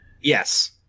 Yes